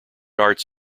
arts